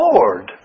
Lord